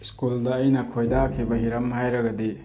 ꯁ꯭ꯀꯨꯜꯗ ꯑꯩꯅ ꯈꯣꯏꯗꯥꯈꯤꯕ ꯍꯤꯔꯝ ꯍꯥꯏꯔꯒꯗꯤ